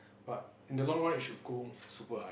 but in the long run it should go super high